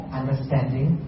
understanding